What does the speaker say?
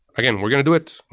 again, we're going to do it.